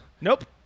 Nope